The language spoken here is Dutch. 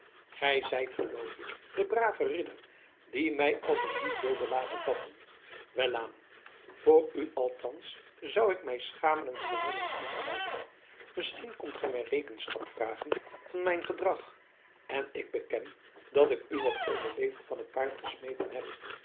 gij zijt geloof ik de brave ridder die mij als een dief wilde laten vatten welaan voor u althans zou ik mij schamen een vermomming aan te houden misschien komt gij mij rekenschap vragen van mijn gedrag en ik beken dat ik u wat onbeleefd van t paard gesmeten heb